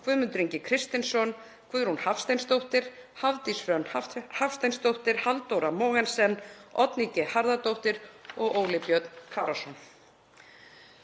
Guðmundur Ingi Kristinsson, Guðrún Hafsteinsdóttir, Hafdís Hrönn Hafsteinsdóttir, Halldóra Mogensen, Oddný G. Harðardóttir og Óli Björn Kárason.